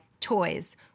toys